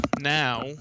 now